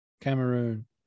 cameroon